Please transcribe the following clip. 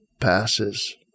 passes